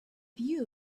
view